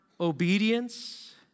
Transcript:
obedience